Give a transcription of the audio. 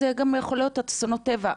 וזה יכול גם להיות אסונות טבע.